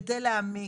כדי להעמיק,